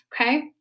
okay